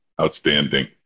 Outstanding